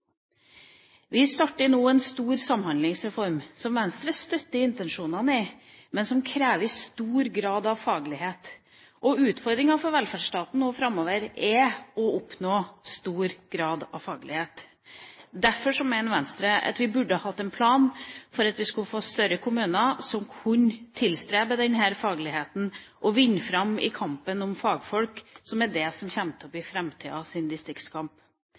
Vi starter nå en stor samhandlingsreform som Venstre støtter intensjonene i, men som krever stor grad av faglighet. Utfordringen for velferdsstaten nå framover er å oppnå stor grad av faglighet. Derfor mener Venstre at vi burde hatt en plan for å få større kommuner som kunne tilstrebe seg denne fagligheten og vinne fram i kampen om fagfolk, som er det som kommer til å bli framtidas distriktskamp.